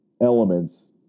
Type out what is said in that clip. elements